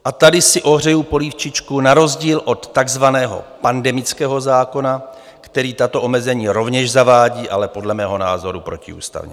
A tady si ohřeji polívčičku na rozdíl od takzvaného pandemického zákona, který tato omezení rovněž zavádí, ale podle mého názoru protiústavně.